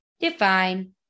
Define